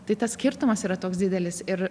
tai tas skirtumas yra toks didelis ir